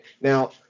now